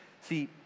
See